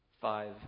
five